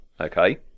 Okay